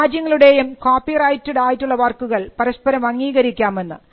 ഇരുരാജ്യങ്ങളുടെയും copyrighted ആയിട്ടുള്ള വർക്കുകൾ പരസ്പരം അംഗീകരിക്കാമെന്ന്